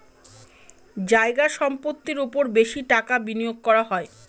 জায়গা সম্পত্তির ওপর বেশি টাকা বিনিয়োগ করা হয়